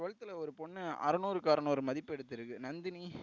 டுவல்த்தில் ஒரு பொண்ணு அறுநூறுக்கு அறுநூறு மதிப்பு எடுத்திருக்குது நந்தினி